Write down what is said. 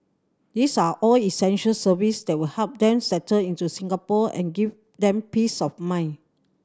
this are all essential service that will help then settle into Singapore and give them peace of mind